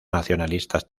nacionalistas